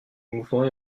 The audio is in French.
mouvement